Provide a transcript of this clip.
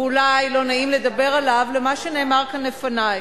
ואולי לא נעים לדבר עליו, למה שנאמר כאן לפני.